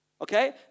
Okay